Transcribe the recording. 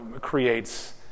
creates